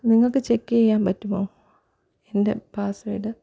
നിങ്ങൾക്കു ചെക്ക് ചെയ്യാൻ പറ്റുമോ എൻ്റെ പാസ്സ്വേർഡ്